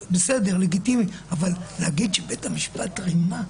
בסדר, לגיטימי, אבל להגיד שבית המשפט רימה?